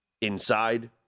inside